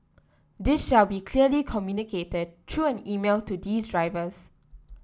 this shall be clearly communicated through an email to these drivers